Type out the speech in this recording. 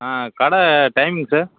ஆ கடை timing sir